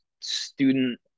student